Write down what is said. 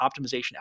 optimization